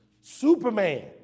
Superman